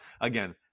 again